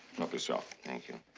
help yourself. thank you.